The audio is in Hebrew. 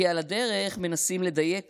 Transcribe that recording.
כי על הדרך מנסים לדייק